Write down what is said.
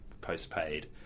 post-paid